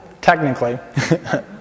technically